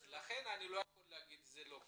לכן אני לא יכול לומר שזה לא קורה.